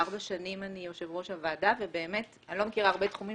ארבע שנים אני יושב ראש הוועדה ובאמת אני לא מכירה הרבה תחומים